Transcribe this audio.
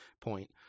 point